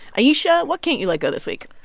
ayesha, what can't you let go this week?